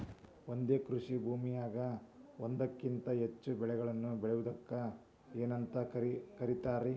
ಒಂದೇ ಕೃಷಿ ಭೂಮಿಯಾಗ ಒಂದಕ್ಕಿಂತ ಹೆಚ್ಚು ಬೆಳೆಗಳನ್ನ ಬೆಳೆಯುವುದಕ್ಕ ಏನಂತ ಕರಿತಾರಿ?